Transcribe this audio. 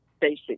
basic